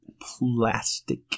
Plastic